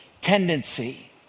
tendency